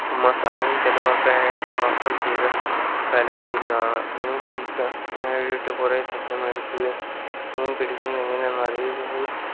ചുമ്മാതെ സമയം ചെലവാക്കാനായിട്ട് മാത്രം ചെയ്ത കലപരിപാടിയാണ് മീൻ പിടിക്കാനായിട്ട് കുറേ സമയമെടുക്കുകയും മീൻ പിടിക്കുന്നതെങ്ങനെയാണെന്ന് അറിയുകപോലുമില്ല